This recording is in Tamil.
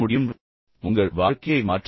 அது உங்கள் வாழ்க்கையை மாற்றக்கூடும்